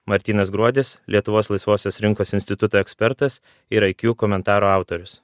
martynas gruodis lietuvos laisvosios rinkos instituto ekspertas ir aikjū komentaro autorius